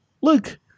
look